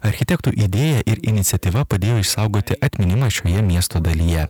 architektų idėja ir iniciatyva padėjo išsaugoti atminimą šioje miesto dalyje